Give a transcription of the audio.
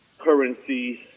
currencies